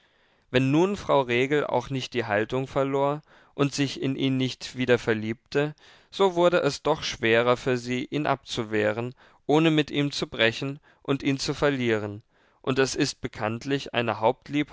wenn nun frau regel auch nicht die haltung verlor und sich in ihn nicht wieder verliebte so wurde es doch schwerer für sie ihn abzuwehren ohne mit ihm zu brechen und ihn zu verlieren und es ist bekanntlich eine